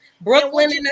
Brooklyn